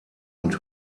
und